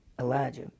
Elijah